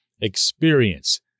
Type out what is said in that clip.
experience